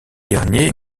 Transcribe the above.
garnier